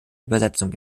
übersetzung